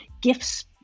gifts